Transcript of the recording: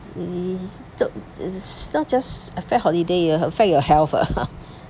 it's not just affect holiday it will affect your health ah